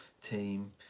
team